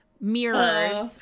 mirrors